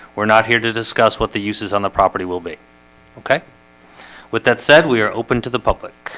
we're not here to discuss what the uses on the property will be okay with that said we are open to the public